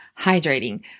hydrating